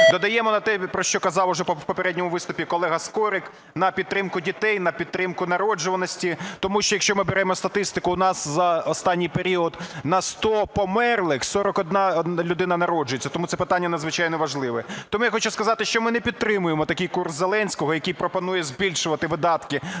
Додаємо на те, про що казав уже в попередньому виступі колега Скорик, на підтримку дітей, на підтримку народжуваності, тому що, якщо ми беремо статистику, в нас за останній період на 100 померлих 41 людина народжується. Тому це питання надзвичайно важливе. Тому я хочу сказати, що ми не підтримуємо такий курс Зеленського, який пропонує збільшувати видатки на органи